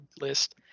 list